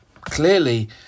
clearly